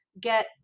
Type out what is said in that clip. get